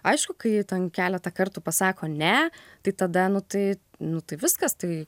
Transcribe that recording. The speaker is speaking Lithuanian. aišku kai ten keletą kartų pasako ne tai tada nu tai nu tai viskas tai